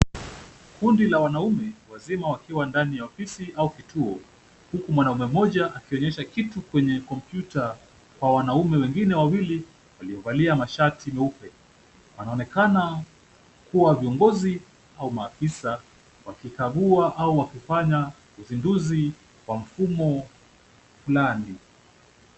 Kundi la wanaume wazima wakiwa ndani ya ofisi au kituo. Mwanaume mmoja akionyesha kitu kwenye kompyuta kwa wanaume wengine wawili waliovalia mashati meupe. Wanaonekana kuwa viongozi au maafisa wakikagua au wakifanya uzinduzi wa mfumo fulani.